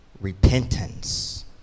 repentance